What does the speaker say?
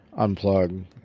unplug